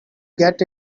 get